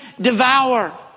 devour